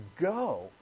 go